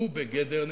הוא בגדר נאשם,